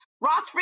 Ross